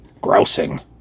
grousing